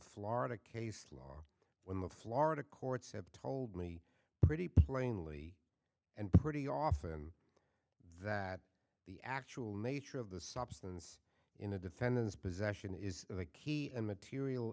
florida case law when the florida courts have told me pretty plainly and pretty often that the actual nature of the substance in a defendant's possession is the key a material